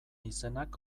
izenak